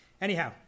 Anyhow